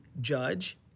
judge